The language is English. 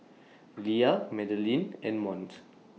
Lea Madelyn and Mont